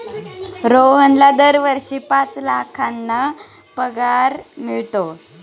रोहनला दरवर्षी पाच लाखांचा पगार मिळतो